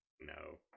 no